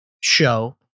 show